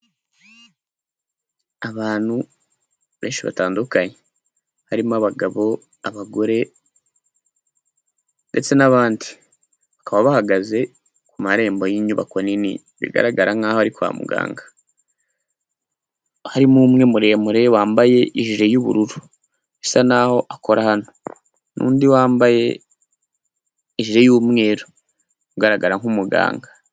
Abantu benshi batandukanye harimo abagabo, abagore ndetse n'abandi, bakaba bahagaze ku marembo y'inyubako nini bigaragara nkaho ari kwa muganga, harimo umwe muremure wambaye ijire y'ubururu, bisa naho akora hano n'undi wambaye ijire y'umweru ugaragara nk'muganga.